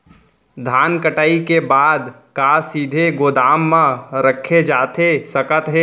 धान कटाई के बाद का सीधे गोदाम मा रखे जाथे सकत हे?